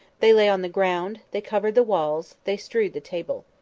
they lay on the ground, they covered the walls, they strewed the table.